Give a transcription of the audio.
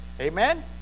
amen